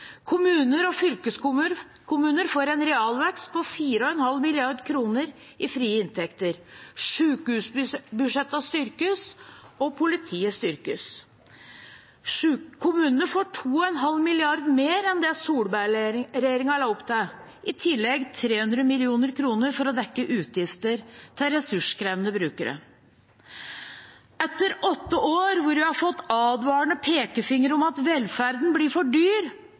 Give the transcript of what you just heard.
Kommuner og fylkeskommuner får en realvekst på 4,5 mrd. kr i frie inntekter. Sykehusbudsjettene styrkes, og politiet styrkes. Kommunene får 2,5 mrd. kr mer enn det Solberg-regjeringen la opp til, og i tillegg 300 mill. kr for å dekke utgifter til ressurskrevende brukere. Etter åtte år hvor vi har fått advarende pekefingre om at velferden blir for dyr,